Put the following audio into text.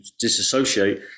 disassociate